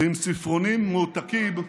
ועם ספרונים מועתקים,